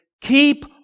keep